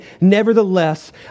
nevertheless